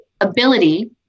ability